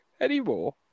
anymore